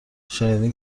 شنیدین